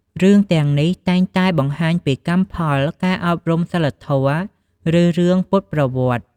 រឿងទាំងនេះតែងតែបង្ហាញពីកម្មផល ការអប់រំសីលធម៌ ឬរឿងពុទ្ធប្រវត្តិ។